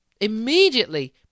immediately